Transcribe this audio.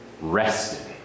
rested